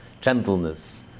gentleness